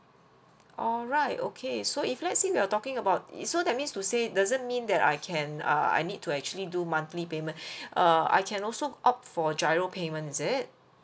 all right okay so if let's say we're talking about it so that means to say doesn't mean that I can err I need to actually do monthly payment uh I can also opt for giro payment is it